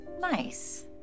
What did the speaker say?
Nice